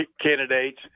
candidates